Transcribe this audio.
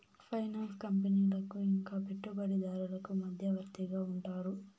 finance కంపెనీలకు ఇంకా పెట్టుబడిదారులకు మధ్యవర్తిగా ఉంటారు